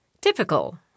Typical